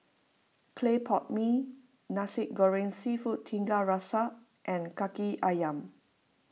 Clay Pot Mee Nasi Goreng Seafood Tiga Rasa and Kaki Ayam